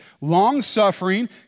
long-suffering